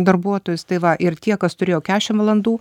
darbuotojus tai va ir tie kas turėjo kešim valandų